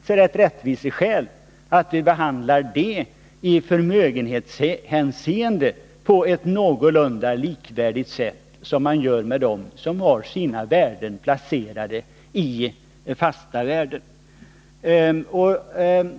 på ett sätt som är någorlunda likvärdigt det sätt på vilket vi behandlar penningplaceringar i fast egendom.